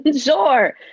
Sure